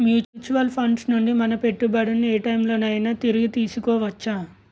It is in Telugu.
మ్యూచువల్ ఫండ్స్ నుండి మన పెట్టుబడిని ఏ టైం లోనైనా తిరిగి తీసుకోవచ్చా?